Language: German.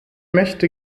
möchte